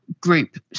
group